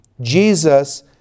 Jesus